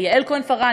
יעל כהן-פארן,